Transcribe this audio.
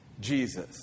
Jesus